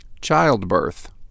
childbirth